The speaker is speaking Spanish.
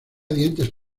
dientes